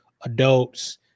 adults